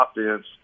offense